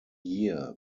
year